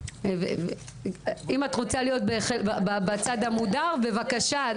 אם את רוצה להיות בצד המודר, בבקשה.